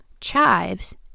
chives